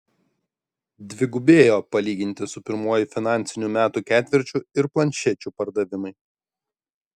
dvigubėjo palyginti su pirmuoju finansinių metų ketvirčiu ir planšečių pardavimai